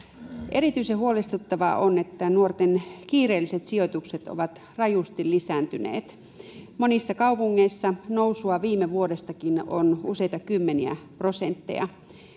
erityisen huolestuttavaa on että nuorten kiireelliset sijoitukset ovat rajusti lisääntyneet monissa kaupungeissa nousua viime vuodestakin on useita kymmeniä prosentteja